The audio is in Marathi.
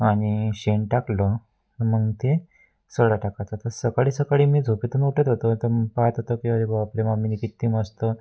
आणि शेण टाकलं मग ते सडा टाकत होती आता सकाळी सकाळी मी झोपेतून उठत होतो तर पाहत होतं की अरे बापरे मम्मीने किती मस्त